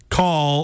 call